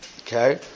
okay